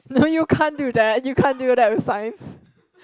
no you can't do that you can't do that with science